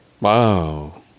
Wow